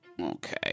Okay